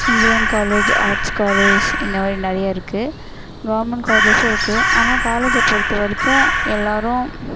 engineering college arts college இந்த மாதிரி நிறையா இருக்குது கவர்மெண்ட் காலேஜஸும் இருக்குது ஆனால் காலேஜை பொறுத்த வரைக்கும் எல்லோரும்